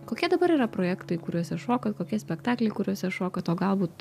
kokie dabar yra projektai kuriuose šokat kokie spektakliai kuriuose šokat o galbūt